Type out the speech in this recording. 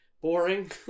boring